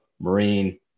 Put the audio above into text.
Marine